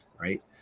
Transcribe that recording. right